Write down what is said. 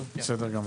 הדיון